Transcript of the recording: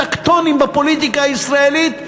שינויים טקטוניים בפוליטיקה הישראלית,